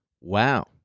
Wow